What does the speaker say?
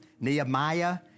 Nehemiah